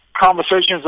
conversations